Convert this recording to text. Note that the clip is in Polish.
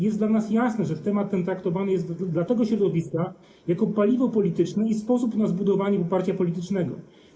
Jest dla nas jasne, że temat ten traktowany jest przez to środowisko jako paliwo polityczne i sposób na zbudowanie poparcia politycznego.